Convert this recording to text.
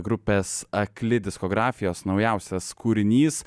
grupės akli diskografijos naujausias kūrinys